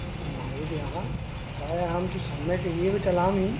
महोदय प्रायः अहं तु सम्यग् एव चालयामि